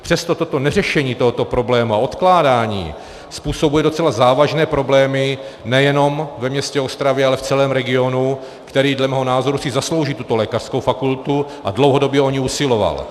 Přesto neřešení tohoto problému a odkládání způsobuje docela závažné problémy nejenom ve městě Ostravě, ale v celém regionu, který dle mého názoru si zaslouží tuto lékařskou fakultu a dlouhodobě o ni usiloval.